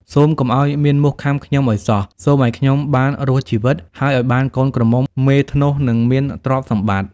សូមកុំឲ្យមានមូសខាំខ្ញុំឲ្យសោះ សូមឲ្យខ្ញុំបានរស់ជីវិត ហើយឲ្យបានកូនក្រមុំមេធ្នស់ និងមានទ្រព្យសម្បត្តិ។